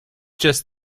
just